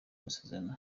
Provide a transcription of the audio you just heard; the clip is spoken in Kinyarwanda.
masezerano